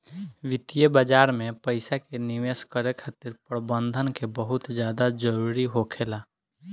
वित्तीय बाजार में पइसा के निवेश करे खातिर प्रबंधन के बहुत ज्यादा जरूरी होखेला